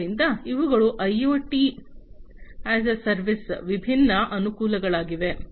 ಆದ್ದರಿಂದ ಇವುಗಳು IoT as a ಸೇವೆಯ ವಿಭಿನ್ನ ವಿಭಿನ್ನ ಅನುಕೂಲಗಳಾಗಿವೆ